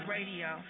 Radio